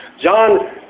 John